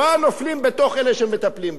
נופלים בתוך אלה שמטפלים בהם.